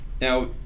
Now